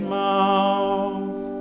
mouth